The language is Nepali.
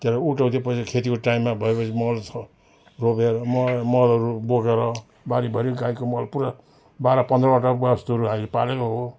के अरे उठाउँथ्यो पहिला खेतीको टाइममा भयो पछि मल छ रोपेर मर मलहरू बोकेर बारीभरि गाईको मल पुरा बाह्र पन्ध्रवटा वस्तुहरू हामी पालेको हो